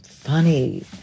Funny